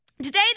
Today